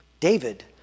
David